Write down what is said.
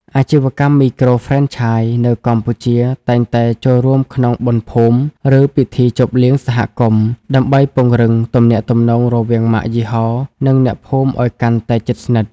អាជីវកម្មមីក្រូហ្វ្រេនឆាយនៅកម្ពុជាតែងតែចូលរួមក្នុង "បុណ្យភូមិ ឬពិធីជប់លៀងសហគមន៍" ដើម្បីពង្រឹងទំនាក់ទំនងរវាងម៉ាកយីហោ និងអ្នកភូមិឱ្យកាន់តែជិតស្និទ្ធ។